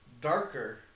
Darker